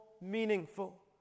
meaningful